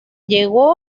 llegó